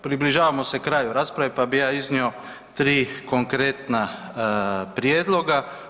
Približavamo se kraju rasprave, pa bih ja iznio tri konkretna prijedloga.